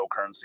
cryptocurrency